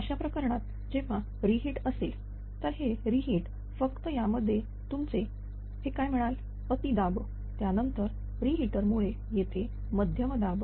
अशा प्रकरणात जेव्हा रि हीट असेल तर हे रि हिटर फक्त यामध्ये तुमचे हे काय म्हणाल अति दाब त्यानंतर रि हिटर मुळे येथे मध्यम दाब